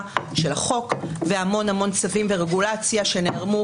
של החוק והמון המון צווים ורגולציה שנערמו,